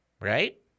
Right